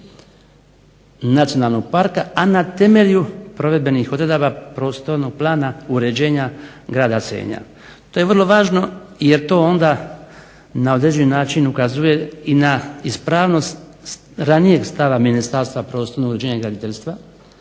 nacionalnog parka a na temelju provedenih odredaba prostornog plana uređenja grada Senja. To je vrlo važno jer to onda na određeni način ukazuje i na ispravnost ranijeg stava Ministarstva prostornog uređenja i graditeljstva